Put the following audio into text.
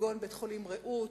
כגון בית-החולים "רעות"